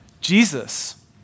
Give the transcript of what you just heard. Jesus